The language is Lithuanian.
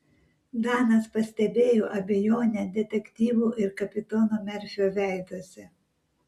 danas pastebėjo abejonę detektyvų ir kapitono merfio veiduose